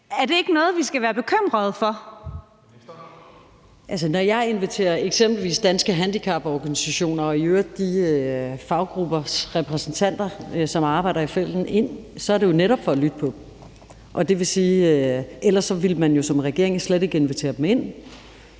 (Pernille Rosenkrantz-Theil): Når jeg f.eks. inviterer Danske Handicaporganisationer og i øvrigt de faggruppers repræsentanter, som arbejder i felten, ind, er det jo netop for at lytte på dem. Ellers ville man jo som regering slet ikke invitere dem ind.